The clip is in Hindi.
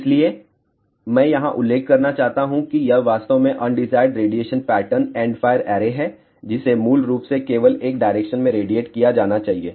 इसलिए मैं यहां उल्लेख करना चाहता हूं कि यह वास्तव में undesired radiation pattern endfire array है जिसे मूल रूप से केवल एक डायरेक्शन में रेडिएट किया जाना चाहिए